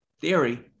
theory